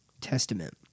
Testament